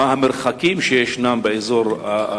המרחקים באזור הזה,